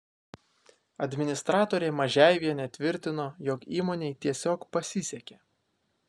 administratorė mažeivienė tvirtino jog įmonei tiesiog pasisekė